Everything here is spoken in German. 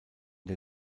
der